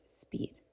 speed